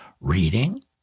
reading